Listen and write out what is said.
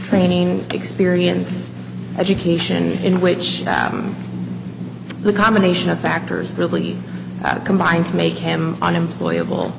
training experience education in which the combination of factors really combined to make him on employable